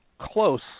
close